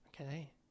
Okay